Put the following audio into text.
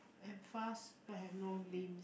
I'm fast but have no limb